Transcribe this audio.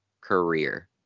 career